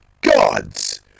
gods